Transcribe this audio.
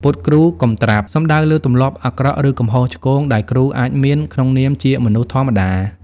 «ពុតគ្រូកុំត្រាប់» សំដៅលើទម្លាប់អាក្រក់ ឬកំហុសឆ្គងដែលគ្រូអាចមានក្នុងនាមជាមនុស្សធម្មតា។